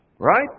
Right